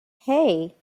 hey